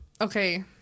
Okay